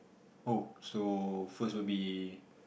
oh so first would be